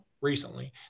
recently